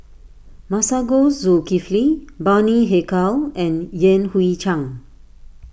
Masagos Zulkifli Bani Haykal and Yan Hui Chang